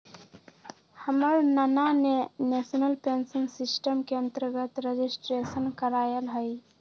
हमर नना ने नेशनल पेंशन सिस्टम के अंतर्गत रजिस्ट्रेशन करायल हइ